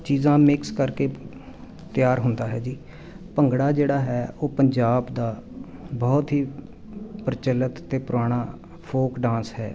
ਚੀਜ਼ਾਂ ਮਿਕਸ ਕਰਕੇ ਤਿਆਰ ਹੁੰਦਾ ਹੈ ਜੀ ਭੰਗੜਾ ਜਿਹੜਾ ਹੈ ਉਹ ਪੰਜਾਬ ਦਾ ਬਹੁਤ ਹੀ ਪ੍ਰਚਲਿਤ ਅਤੇ ਪੁਰਾਣਾ ਫੋਕ ਡਾਂਸ ਹੈ